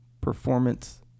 performance